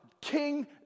King